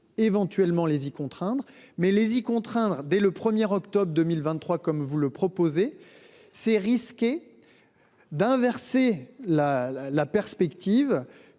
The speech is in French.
éventuellement les y contraindre. Mais les y contraindre dès le premier octobre 2023 comme vous le proposez. C'est risquer. D'inverser la la perspective